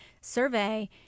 survey